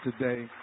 today